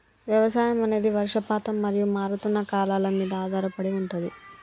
వ్యవసాయం అనేది వర్షపాతం మరియు మారుతున్న కాలాల మీద ఆధారపడి ఉంటది